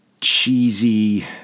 cheesy